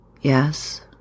Yes